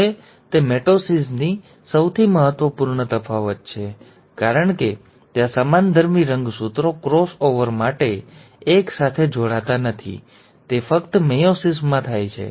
હવે તે મિટોસિસથી સૌથી મહત્વપૂર્ણ તફાવત છે કારણ કે ત્યાં સમાનધર્મી રંગસૂત્રો ક્રોસ ઓવર માટે એક સાથે જોડાતા નથી તે ફક્ત મેયોસિસમાં જ થાય છે